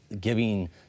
giving